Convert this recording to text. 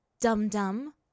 dum-dum